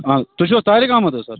آ تُہۍ چھِو حظ طارق احمد حظ سَر